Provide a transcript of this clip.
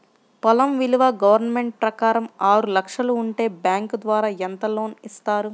పొలం విలువ గవర్నమెంట్ ప్రకారం ఆరు లక్షలు ఉంటే బ్యాంకు ద్వారా ఎంత లోన్ ఇస్తారు?